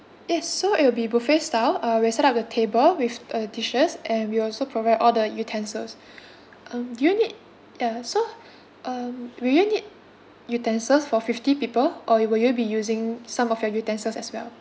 yes so it will be buffet style uh we'll set up a table with uh dishes and we'll also provide all the utensils um do you need uh so um will you need utensils for fifty people or will you be using some of your utensils as well